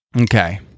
Okay